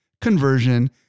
conversion